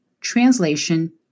translation